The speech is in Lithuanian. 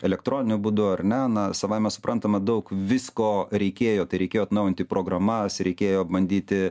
elektroniniu būdu ar ne na savaime suprantama daug visko reikėjo tai reikėjo atnaujinti programas reikėjo bandyti